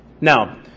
Now